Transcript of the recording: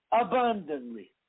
abundantly